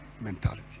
mentality